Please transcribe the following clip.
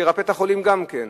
שירפא את החולים גם כן,